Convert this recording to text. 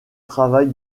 travail